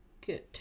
good